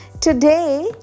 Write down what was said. Today